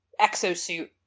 exosuit